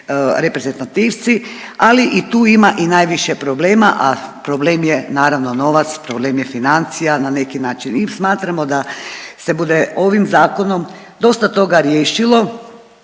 reprezentativci, ali i tu ima i najviše problema, a problem je naravno novac, problem je financija na neki način i smatramo da se bude ovim zakonom dosta toga riješilo